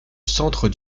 centre